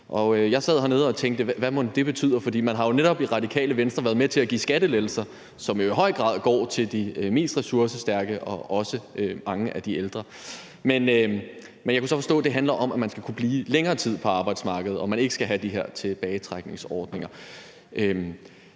og tænkte: Hvad mon det betyder? For man har jo i Radikale Venstre netop været med til at give skattelettelser, som i høj grad går til de mest ressourcestærke og også mange af de ældre. Men jeg kunne så forstå, at det handler om, at man skal kunne blive længere tid på arbejdsmarkedet, og at man ikke skal have de her tilbagetrækningsordninger.